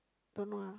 don't know ah